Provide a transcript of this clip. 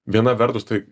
viena vertus tai